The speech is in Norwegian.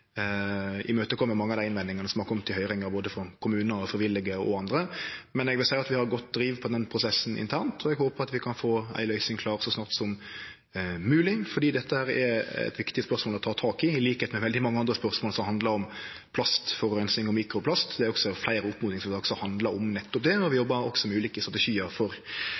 mange av dei innvendingane som har kome i høyringa, både frå kommunar, frivillige og andre. Men eg vil seie at vi har godt driv på den prosessen internt, og eg håpar at vi kan få ei løysing klar så snart som mogleg, for dette er eit viktig spørsmål å ta tak i, til liks med veldig mange andre spørsmål som handlar om plast, forureining og mikroplast. Det er også fleire oppmodingsvedtak som handlar om nettopp det, og vi jobbar også med ulike strategiar for